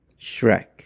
Shrek